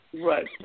Right